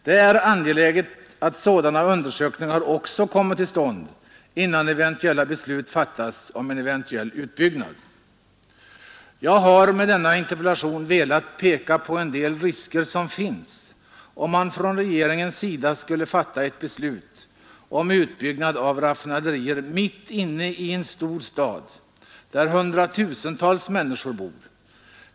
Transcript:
Det är angeläget att sådana undersökningar också kommer till stånd innan beslut fattas om en eventuell utbyggnad. Jag har med min interpellation velat peka på en del av de faror som finns, om regeringen skulle fatta ett beslut om utbyggnad av raffinaderier mitt inne i en stor stad där hundratusentals människor bor.